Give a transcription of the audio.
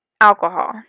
alcohol